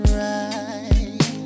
right